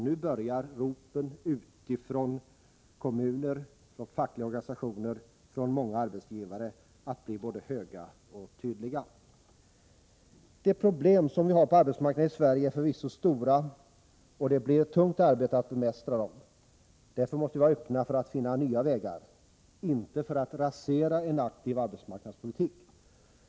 Nu börjar ropen utifrån kommuner, från fackliga organisationer och från många arbetsgivare att bli både höga och tydliga. De problem som vi har på arbetsmarknaden i Sverige är förvisso stora, och det blir ett tungt arbete att bemästra dem. Därför måste vi vara öppna för möjligheterna att finna nya vägar, inte för att rasera en aktiv arbetsmarknadspolitik.